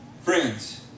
Friends